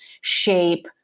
shape